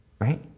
right